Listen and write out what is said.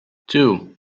two